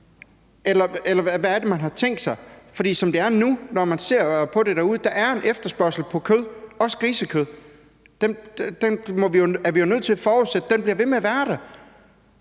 eller hvad er det, man har tænkt sig? For når man ser på det derude, som det er nu, er der en efterspørgsel på kød, også grisekød. Den bliver vi nødt til at forudsætte bliver ved med at være der,